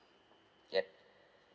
yup